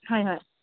হয় হয়